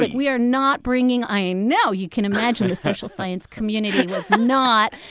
but we are not bringing i know. you can imagine the social science community was um not.